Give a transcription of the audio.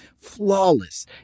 Flawless